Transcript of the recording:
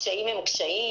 הקשיים הם קשיים,